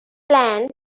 plan